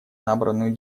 набранную